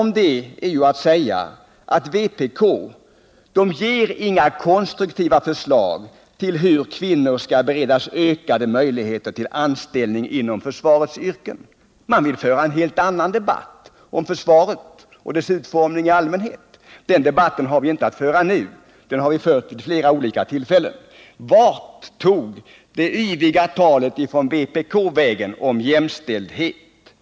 Om detta är att säga att vpk inte ger några konstruktiva förslag till hur kvinnor skall beredas ökade möjligheter till anställning inom försvarets yrken. Man vill föra en helt annan debatt om försvaret och dess utformning i allmänhet. Men den debatten har vi inte att föra nu; den har vi haft förut vid flera olika tillfällen. Vart tog det yviga talet från vpk om jämställdhet vägen?